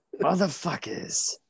Motherfuckers